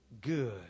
good